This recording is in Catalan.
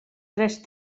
tres